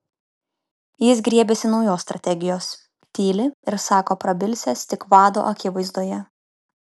jis griebiasi naujos strategijos tyli ir sako prabilsiąs tik vado akivaizdoje